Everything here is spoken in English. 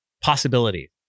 possibility